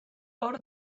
hor